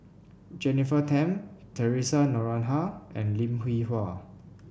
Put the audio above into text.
Jennifer Tham Theresa Noronha and Lim Hwee Hua